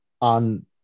on